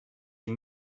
sie